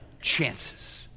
chances